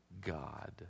God